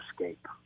escape